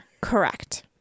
Correct